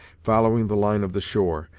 following the line of the shore,